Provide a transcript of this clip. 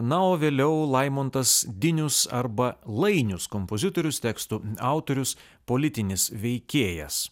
na o vėliau laimontas dinius arba lainius kompozitorius tekstų autorius politinis veikėjas